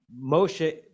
Moshe